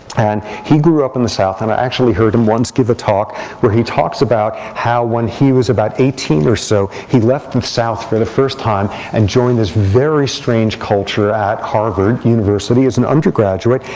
and he grew up in the south. and i actually heard him once give a talk where he talks about how when he was about eighteen or so, he left the and south for the first time and joined this very strange culture at harvard university as an undergraduate.